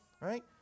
right